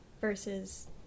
versus